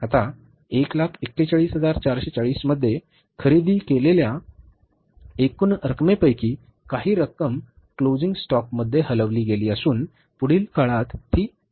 आता 141440 मध्ये खरेदी केलेल्या एकूण रकमेपैकी काही रक्कम क्लोजिंग स्टॉकमध्ये हलवली गेली असून पुढील काळात ती वापरली जाईल